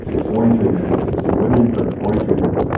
forty three minutes, just wouldn't improve. forty three minutes.